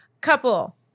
couple